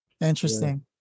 Interesting